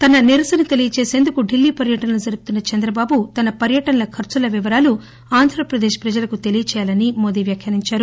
తన నిరసన తెలియచేసేందుకు ఢిల్లీ పర్యటన జరుపుతున్న చంద్రబాబు తన పర్యటనల ఖర్సుల వివరాలు ఆంధ్ర ప్రదేశ్ జనాలకి తెలియచేయాలని మోడీ అన్నారు